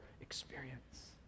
experience